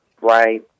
Right